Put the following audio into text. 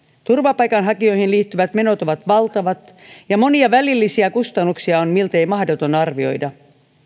turvapaikanhakijoihin liittyvät menot ovat valtavat ja monia välillisiä kustannuksia on miltei mahdoton arvioida